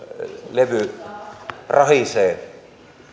levy rahisee